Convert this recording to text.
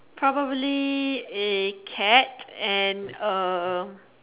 probably a cat and a